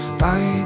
Bye